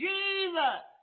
Jesus